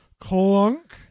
Clunk